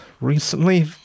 recently